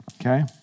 Okay